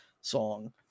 song